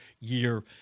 year